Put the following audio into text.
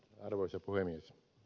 arvoisa puhemies